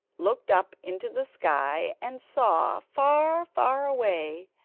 looked up into the sky and saw, far, far away,